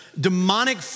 demonic